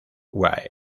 wilde